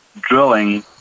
drilling